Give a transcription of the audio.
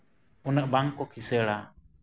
ᱩᱱᱟᱹᱜ ᱵᱟᱝ ᱠᱚ ᱠᱤᱥᱟᱹᱬᱟ